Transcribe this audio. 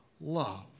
love